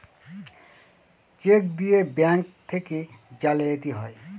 check দিয়ে bank থেকে জালিয়াতি হয়